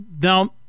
Now